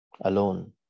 Alone